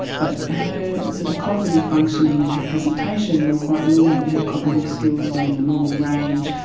but her sort of cognitive functioning and her presentation were quite normal. her cognitive skills were in the normal range.